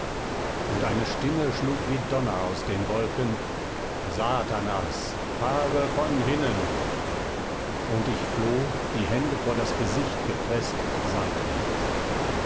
und eine stimme schlug wie donner aus den wolken satanas fahre von hinnen und ich floh die hände vor das gesicht gepreßt seitwärts